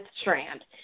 Strand